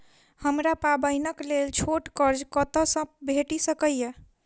हमरा पाबैनक लेल छोट कर्ज कतऽ सँ भेटि सकैये?